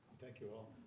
thank you, all.